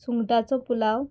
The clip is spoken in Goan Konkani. सुंगटाचो पुलाव